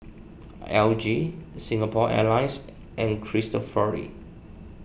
L G Singapore Airlines and Cristofori